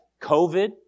COVID